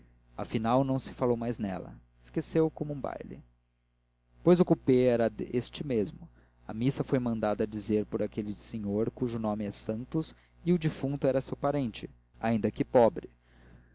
afinal não se falou mais nela esqueceu como um baile pois o coupé era este mesmo a missa foi mandada dizer por aquele senhor cujo nome é santos e o defunto era seu parente ainda que pobre